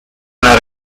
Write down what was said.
una